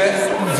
איזה מכולת?